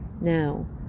Now